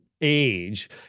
age